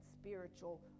spiritual